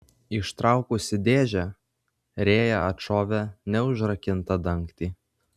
ištraukusi dėžę rėja atšovė neužrakintą dangtį